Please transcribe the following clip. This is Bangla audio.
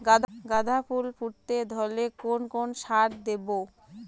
গাদা ফুল ফুটতে ধরলে কোন কোন সার দেব?